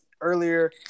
earlier